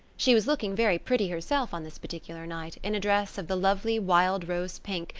she was looking very pretty herself on this particular night in a dress of the lovely wild-rose pink,